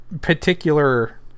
particular